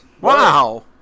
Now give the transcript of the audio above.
Wow